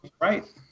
Right